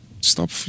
Stop